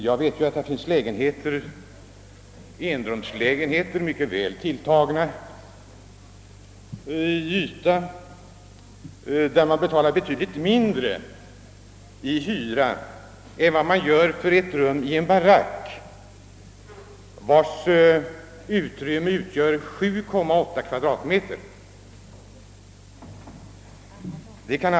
Jag vet att det finns till ytan mycket väl tilltagna enrumslägenheter, för vilka man betalar betydligt lägre hyra än den man betalar för ett rum på 7,8 kvadratmeter i en barack.